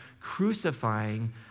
crucifying